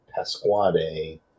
Pasquade